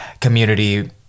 community